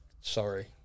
Sorry